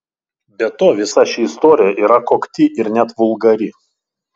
be to visa ši istorija yra kokti ir net vulgari